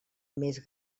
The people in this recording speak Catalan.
més